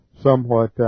somewhat